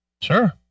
Sure